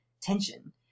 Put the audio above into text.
tension